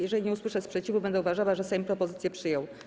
Jeżeli nie usłyszę sprzeciwu, będę uważała, że Sejm propozycję przyjął.